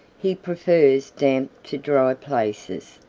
he prefers damp to dry places.